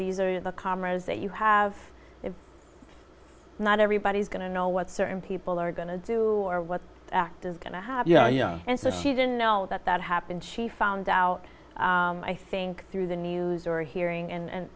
these are the comrades that you have not everybody's going to know what certain people are going to do or what act is going to have you know young and so she didn't know that that happened she found out i think through the news or hearing and